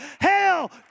hell